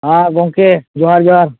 ᱦᱮᱸ ᱜᱚᱝᱠᱮ ᱡᱚᱦᱟᱨ ᱡᱚᱦᱟᱨ